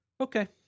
Okay